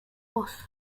post